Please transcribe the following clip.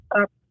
up